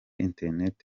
internet